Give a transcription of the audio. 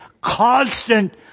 constant